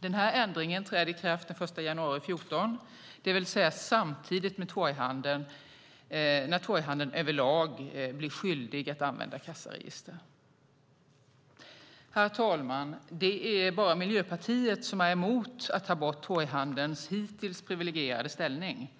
Denna ändring träder i kraft den 1 januari 2014, det vill säga samtidigt som torghandeln över lag blir skyldig att använda kassaregister. Herr talman! Det är bara Miljöpartiet som är emot att ta bort torghandelns hittills privilegierade ställning.